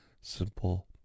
simple